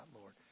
Lord